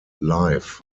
life